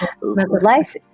life